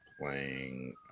playing